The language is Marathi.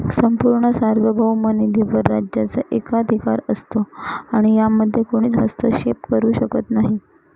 संपूर्ण सार्वभौम निधीवर राज्याचा एकाधिकार असतो आणि यामध्ये कोणीच हस्तक्षेप करू शकत नाही